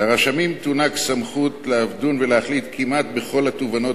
לרשמים תוענק סמכות לדון ולהחליט כמעט בכל התובענות